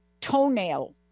toenail